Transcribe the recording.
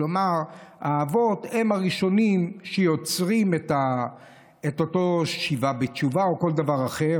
כלומר האבות הם הראשונים שיוצרים את אותה השיבה בתשובה או כל דבר אחר,